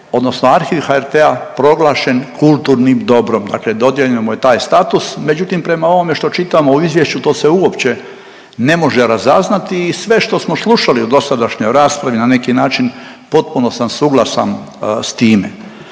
odnosno arhiv HRT-a proglašen kulturnim dobrom, dakle dodijeljeno mu je taj status, međutim, prema ovome što čitamo u izvješću, to se uopće ne može razaznati i sve što smo slušali u dosadašnjoj raspravi, na neki način, potpuno sam suglasan s time,